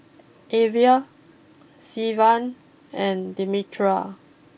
Alver Sylvan and Demetria